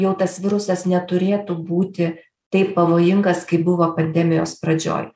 jau tas virusas neturėtų būti taip pavojingas kaip buvo pandemijos pradžioj